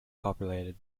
populated